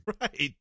Right